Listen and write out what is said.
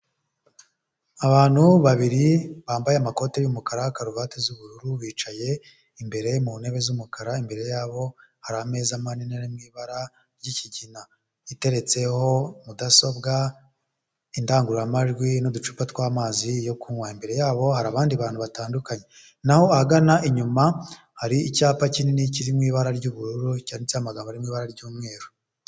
Abantu babiri bambaye amakote y'umukara, karuvate z'ubururu bicaye imbere mu ntebe z'umukara, imbere yabo hari ameza manini ari mu ibara ry'ikigina iteretseho mudasobwa, indangururamajwi n'uducupa tw'amazi yo kunywa, imbere yabo hari abandi bantu batandukanye, naho ahagana inyuma hari icyapa kinini kiri mu ibara ry'ubururu cyanditseho amagambo ari mu ibara ry'umweru.